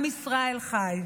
עם ישראל חי.